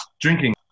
drinking